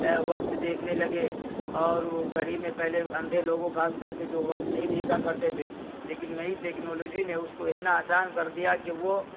اے وقت دیکھنے لگے اور وہ گھڑی میں پہلے اندھے لوگوں خاص کر کے جو وقت نہیں دیکھا کرتے تھے لیکن نئی ٹیکنولوجی نے اس کو اتنا آسان کر دیا کہ وہ